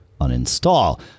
uninstall